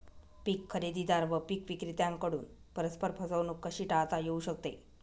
पीक खरेदीदार व पीक विक्रेत्यांकडून परस्पर फसवणूक कशी टाळता येऊ शकते?